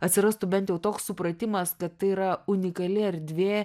atsirastų bent jau toks supratimas kad tai yra unikali erdvė